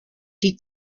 die